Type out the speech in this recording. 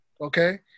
Okay